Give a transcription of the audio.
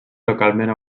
localment